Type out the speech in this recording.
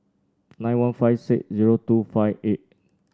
nine one five six zero two five eight